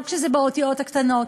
לא כשזה באותיות הקטנות,